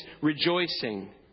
rejoicing